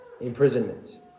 imprisonment